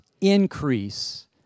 increase